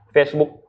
Facebook